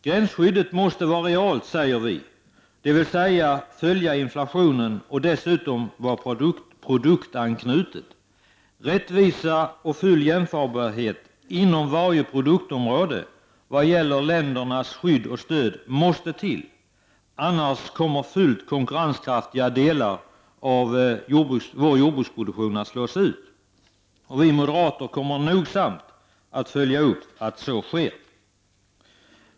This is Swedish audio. Gränsskyddet måste vara realt, dvs. det måste följa inflationen och dessutom vara produktanknutet. Rättvisa och full jämförbarhet inom varje produktområde vad gäller ländernas skydd och stöd måste till, annars kommer fullt konkurrenskraftiga delar av vår jordbruksproduktion att slås ut. Vi moderater kommer nogsamt att följa utvecklingen i dessa avseenden.